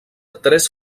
tres